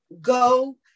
go